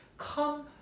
Come